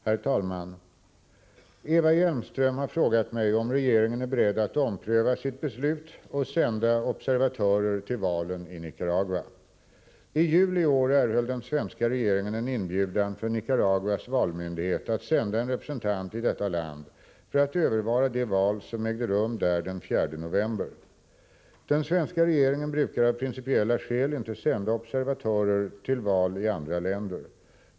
Herr talman! Eva Hjelmström har frågat mig om regeringen är beredd att ompröva sitt beslut och sända observatörer till valen i Nicaragua. I juli i år erhöll den svenska regeringen en inbjudan från Nicaraguas valmyndighet att sända en representant till detta land för att övervara de val som ägde rum där den 4 november. Den svenska regeringen brukar av principiella skäl inte sända observatörer till val i andra länder.